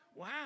Wow